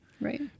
Right